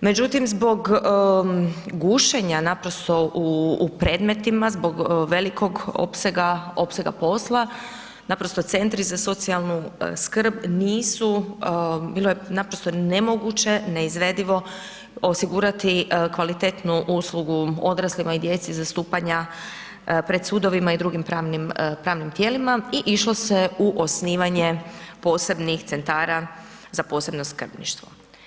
međutim zbog gušenja naprosto u predmetnima, zbog velikog opsega posla, naprosto centri za socijalnu skrb nisu, naprosto nemoguće, neizvedivo osigurati kvalitetnu uslugu odraslima i djeci zastupanja pred sudovima i drugim pravnim tijelima i išlo se u osnivanje posebnih centara za posebno skrbništvo.